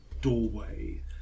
doorway